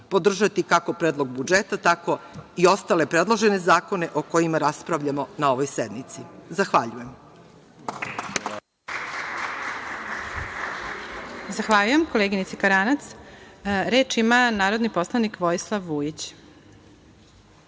podržati, kako Predlog budžeta, tako i ostale predložene zakona o kojima raspravljamo na ovoj sednici. Zahvaljujem. **Elvira Kovač** Zahvaljujem. Reč ima narodni poslanik Vojislav Vujić.